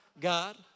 God